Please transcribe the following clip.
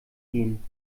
gehen